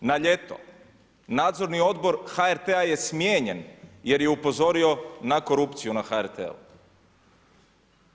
Na ljeto, nadzorni odbor HRT-a je smijenjen, jer je upozorio na korupciju na HRT-u.